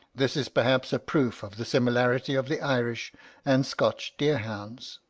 this is, perhaps, a proof of the similarity of the irish and scotch deer-hounds.